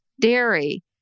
dairy